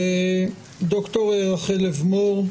ד"ר רחל לבמור,